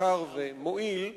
יקר ומועיל,